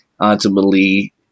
ultimately